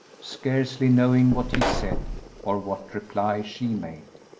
scarcely knowing what he said or what reply she made.